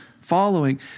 following